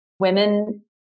Women